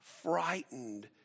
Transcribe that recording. Frightened